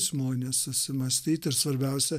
žmonės susimąstyti ir svarbiausia